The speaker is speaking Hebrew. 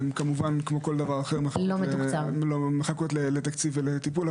הן כמובן, כמו כל דבר אחר, מחכות לתקציב ולטיפול.